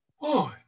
Boy